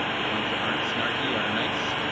the ones that aren't snarky are nice.